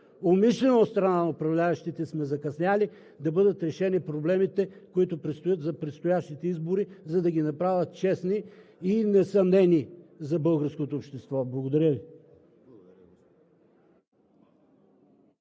умишлено от страна на управляващите сме закъснели да бъдат решени проблемите, които предстоят за предстоящите избори, за да ги направят честни и несъмнени за българското общество. Благодаря Ви.